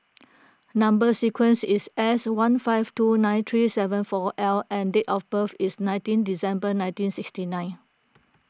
Number Sequence is S one five two nine three seven four L and date of birth is nineteen December nineteen sixty nine